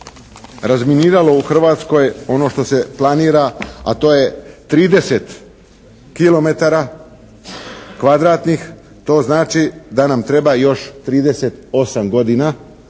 razminiralo u Hrvatskoj ono što se planira, a to je 30 km2, to znači da nam treba još 38 godina